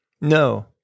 No